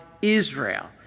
Israel